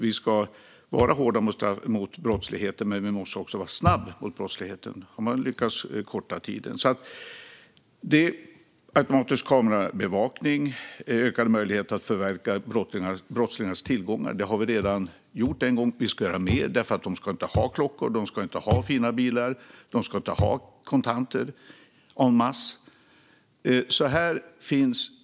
Vi ska vara hårda mot brottsligheten, men vi måste också vara snabba mot brottsligheten. Man har lyckats korta tiden. Sedan kan jag nämna automatisk kameraövervakning och ökade möjligheter att förverka brottslingars tillgångar. Detta har vi redan beslutat om en gång, men vi ska göra mer, för de ska inte ha klockor, fina bilar eller kontanter en masse.